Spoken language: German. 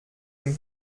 dem